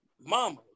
Mama